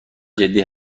جدی